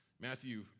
Matthew